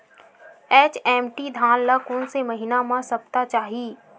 HMT धान ल कोन से महिना म सप्ता चाही?